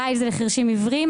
ברייל זה לחירשים עיוורים,